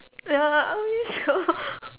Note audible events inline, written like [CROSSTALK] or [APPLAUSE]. ya I miss [LAUGHS]